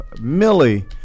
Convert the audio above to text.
Millie